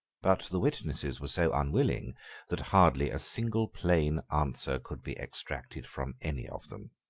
but the witnesses were so unwilling that hardly a single plain answer could be extracted from any of them.